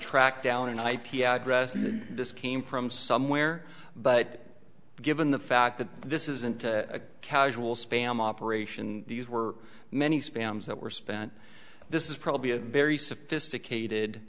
track down an ip address and this came from somewhere but given the fact that this isn't a casual spam operation these were many spams that were spent this is probably a very sophisticated